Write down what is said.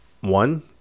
one